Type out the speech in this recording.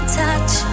touch